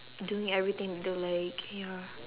doing everything we don't like ya